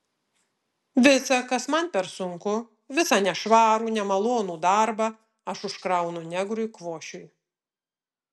visa kas man per sunku visą nešvarų nemalonų darbą aš užkraunu negrui kvošiui